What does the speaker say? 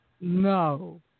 No